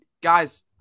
guys